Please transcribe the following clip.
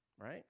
Right